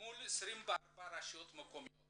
מול 24 רשויות מקומיות